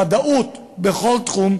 ודאות בכל תחום,